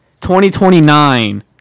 2029